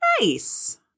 Nice